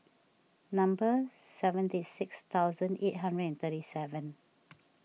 number seventy six thousand eight hundred and thirty seven